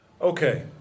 Okay